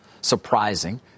Surprising